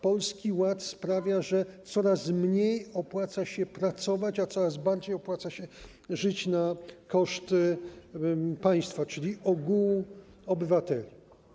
Polski Ład sprawia, że coraz mniej opłaca się pracować, a coraz bardziej opłaca się żyć na koszt państwa, czyli ogółu obywateli.